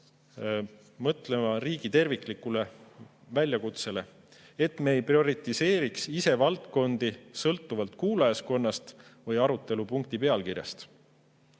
mõelda riigi terviklikule väljakutsele, et me ei prioritiseeriks ise valdkondi sõltuvalt kuulajaskonnast või arutelupunkti pealkirjast.